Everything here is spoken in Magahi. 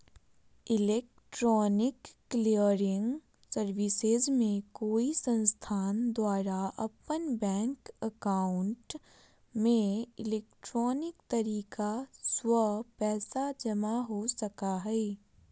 इलेक्ट्रॉनिक क्लीयरिंग सर्विसेज में कोई संस्थान द्वारा अपन बैंक एकाउंट में इलेक्ट्रॉनिक तरीका स्व पैसा जमा हो सका हइ